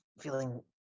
feeling